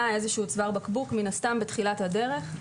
מן הסתם היה איזשהו צוואר בקבוק בתחילת הדרך.